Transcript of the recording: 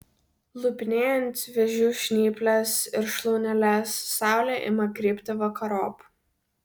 lupinėjant vėžių žnyples ir šlauneles saulė ima krypti vakarop